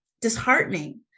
disheartening